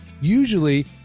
Usually